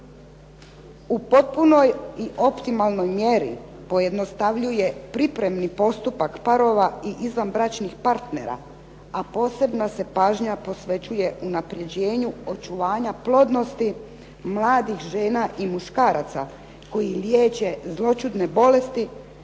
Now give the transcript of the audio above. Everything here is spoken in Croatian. U potpunoj i optimalnoj mjeri pojednostavljuje pripremni postupak parova i izvanbračnih partnera, a posebna se pažnja posvećuje unapređenju očuvanja plodnosti mladih žena i muškaraca koji liječe zloćudne bolesti,